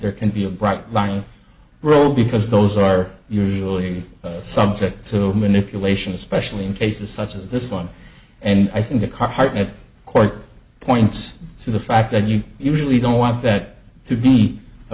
there can be a bright line rule because those are usually subject to manipulation especially in cases such as this one and i think the carhart at court points to the fact that you usually don't want that to be a